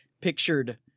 pictured